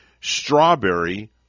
Strawberry